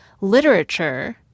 literature